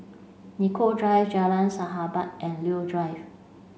Nicoll Drive Jalan Sahabat and Leo Drive